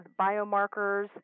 biomarkers